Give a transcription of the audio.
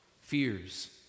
fears